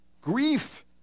Grief